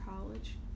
college